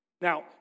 Now